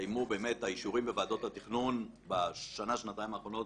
הסתיימו האישורים בוועדות התכנון בשנה-שנתיים האחרונות.